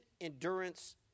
endurance